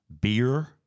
beer